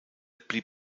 blieb